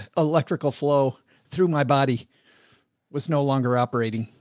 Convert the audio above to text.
electrical flow through my body was no longer operating.